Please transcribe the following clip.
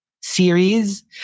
series